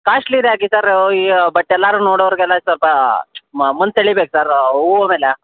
ಕಾಶ್ಟ್ಲಿದು ಹಾಕಿ ಸರೂ ಈಗ ಬಟ್ ಎಲ್ಲರೂ ನೋಡೋರಿಗೆಲ್ಲ ಸ್ವಲ್ಪ ಮನ ಸೆಳೀಬೇಕು ಸರ್ ಹೂವೆಲ್ಲ